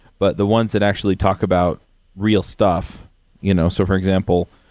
but the ones that actually talk about real stuff you know so, for example,